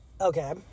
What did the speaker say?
Okay